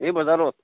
এই বজাৰত